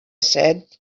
said